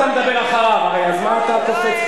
אתה מדבר אחריו, הרי, אז מה אתה קופץ?